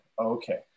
Okay